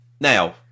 Now